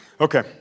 Okay